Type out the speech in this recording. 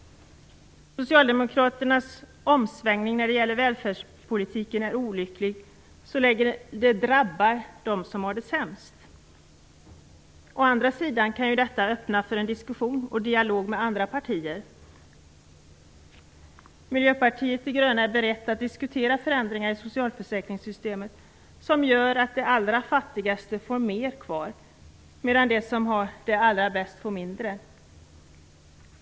Socialdemokraternas omsvängning när det gäller välfärdspolitiken är olycklig så länge det drabbar dem som har det sämst. Å andra sidan kan ju detta öppna för en diskussion och dialog med andra partier. Miljöpartiet de gröna är berett att diskutera förändringar i socialförsäkringssystemet som gör att de allra fattigaste får mer kvar, medan de som har det bäst får behålla mindre.